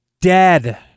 dead